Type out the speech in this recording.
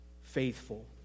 faithful